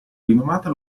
rinomata